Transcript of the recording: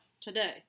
today